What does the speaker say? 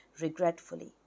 regretfully